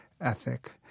ethic